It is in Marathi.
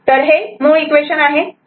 तर हे मूळ इक्वेशन आहे